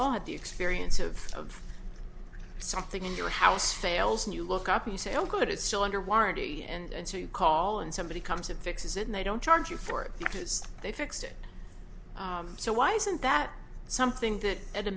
all had the experience of something in your house fails and you look up you say oh good it's still under warranty and so you call and somebody comes and fixes and they don't charge you for it because they fixed it so why isn't that something that at a